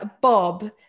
Bob